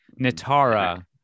natara